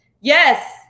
yes